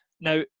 Now